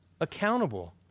accountable